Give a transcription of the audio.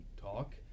talk